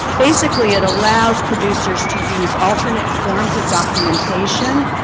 basically, it allows producers to use alternate forms of documentation.